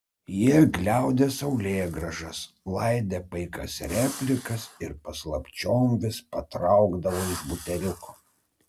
jie gliaudė saulėgrąžas laidė paikas replikas ir paslapčiom vis patraukdavo iš buteliuko